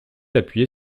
appuyer